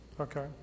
okay